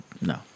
no